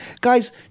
Guys